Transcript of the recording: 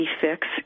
fix